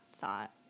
thought